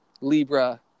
Libra